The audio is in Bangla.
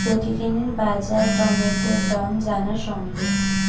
প্রতিদিনের বাজার টমেটোর দাম জানা সম্ভব?